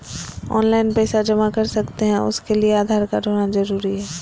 Online पैसा जमा कर सकते हैं उसके लिए आधार कार्ड होना जरूरी है?